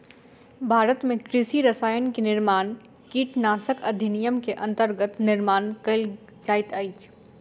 भारत में कृषि रसायन के निर्माण कीटनाशक अधिनियम के अंतर्गत निर्माण कएल जाइत अछि